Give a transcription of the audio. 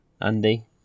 andy